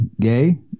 gay